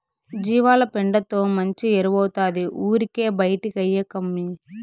జీవాల పెండతో మంచి ఎరువౌతాది ఊరికే బైటేయకమ్మన్నీ